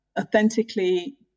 authentically